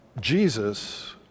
Jesus